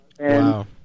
Wow